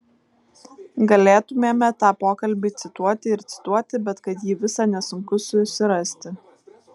galėtumėme tą pokalbį cituoti ir cituoti bet kad jį visą nesunku susirasti